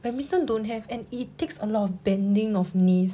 badminton don't have and it takes a lot of bending of knees